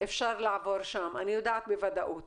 אפשר לעבור שם, אני יודעת בוודאות.